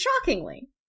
shockingly